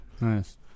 Nice